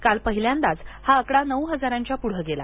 काल पहिल्यांदाच हा आकडा नऊ हजारांच्या पुढं गेला